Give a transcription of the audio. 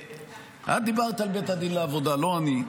את דיברת על בית הדין לעבודה, לא אני.